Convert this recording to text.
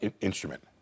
instrument